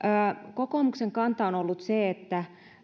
kokoomuksen kanta on on ollut se että